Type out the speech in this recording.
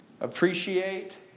appreciate